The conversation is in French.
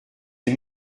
des